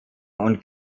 und